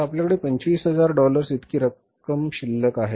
तर आपल्याकडे 25000 डॉलर इतकी रक्कम शिल्लक आहे